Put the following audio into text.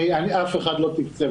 אף אחד לא תקצב.